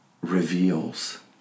reveals